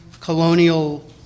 colonial